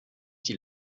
die